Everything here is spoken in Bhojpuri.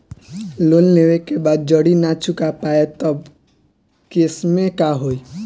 लोन लेवे के बाद जड़ी ना चुका पाएं तब के केसमे का होई?